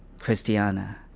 christiana,